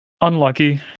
unlucky